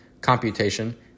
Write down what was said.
computation